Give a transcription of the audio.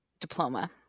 diploma